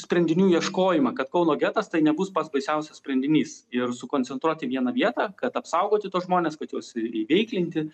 sprendinių ieškojimą kad kauno getas tai nebus pats baisiausias sprendinys ir sukoncentruoti į vieną vietą kad apsaugoti tuos žmones kad juosį įveiklinti